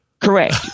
Correct